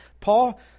Paul